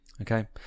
Okay